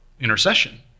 intercession